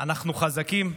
אנחנו חזקים,